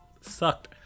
sucked